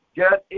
get